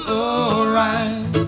alright